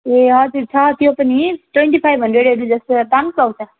ए हजुर छ त्यो पनि ट्वेन्टी फाइभ हन्ड्रेडहरू जस्तोमा दामी पाउँछ